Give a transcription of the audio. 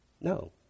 No